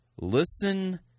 Listen